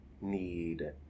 need